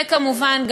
וכמובן,